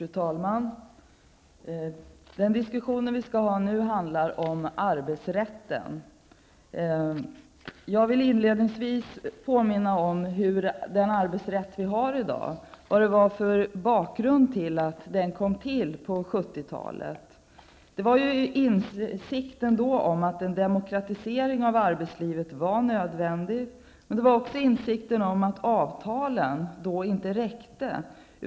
Fru talman! Den diskussion som vi nu skall ha handlar om arbetsrätten. Jag vill inledningsvis påminna om bakgrunden till att den arbetsrätt som vi har i dag kom till på 1970 talet. Man insåg då att det var nödvändigt med en demokratisering av arbetslivet, och man insåg också att avtalen då inte räckte.